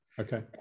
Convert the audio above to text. okay